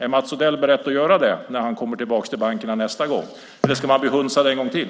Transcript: Är Mats Odell beredd att göra det när han kommer tillbaka till bankerna nästa gång? Eller ska han bli hunsad en gång till?